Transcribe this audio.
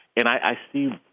and i see